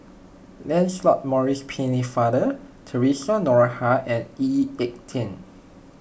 Lancelot Maurice Pennefather theresa Noronha and Lee Ek Tieng